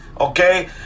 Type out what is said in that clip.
okay